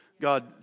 God